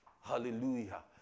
Hallelujah